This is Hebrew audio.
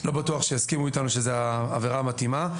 לא בטוח שיסכימו איתנו שזו העבירה המתאימה.